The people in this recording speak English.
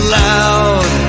loud